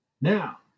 Now